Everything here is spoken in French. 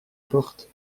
porte